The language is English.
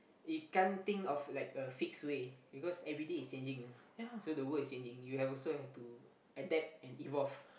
it can't think of like a fixed way because everyday is changing you know so the world is changing you have also have to adapt and evolve